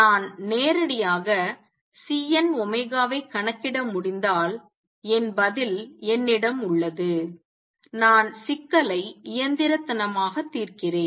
நான் நேரடியாக Cn கணக்கிட முடிந்தால் என் பதில் என்னிடம் உள்ளது நான் சிக்கலை இயந்திரத்தனமாக தீர்க்கிறேன்